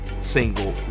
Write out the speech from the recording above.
single